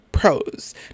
Pros